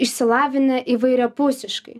išsilavinę įvairiapusiškai